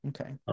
Okay